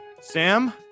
Sam